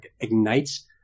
ignites